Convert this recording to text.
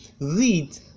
read